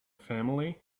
family